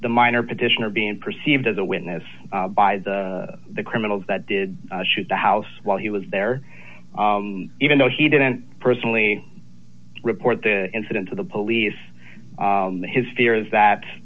the minor petitioner being perceived as a witness by the the criminals that did shoot the house while he was there even though he didn't personally report the incident to the police his fear is that